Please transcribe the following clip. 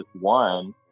one